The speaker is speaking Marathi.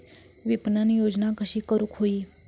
विपणन योजना कशी करुक होई?